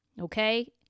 Okay